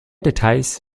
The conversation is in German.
details